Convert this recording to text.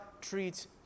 treats